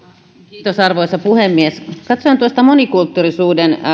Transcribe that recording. arvoisa puhemies katsoin tuosta monikulttuurisuuden